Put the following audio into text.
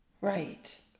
Right